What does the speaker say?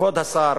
כבוד השר,